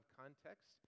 context